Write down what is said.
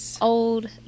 old